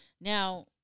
Now